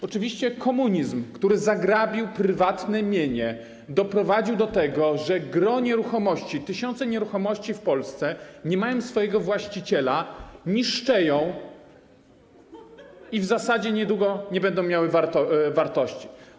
Oczywiście komunizm, który zagrabił prywatne mienie, doprowadził do tego, że gros nieruchomości, tysiące nieruchomości w Polsce, nie mając swojego właściciela, niszczeją i w zasadzie niedługo nie będą miały wartości.